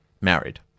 married